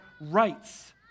rights